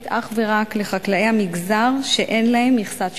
אך ורק לחקלאי המגזר שאין להם מכסת שפירים.